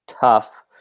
tough